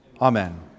Amen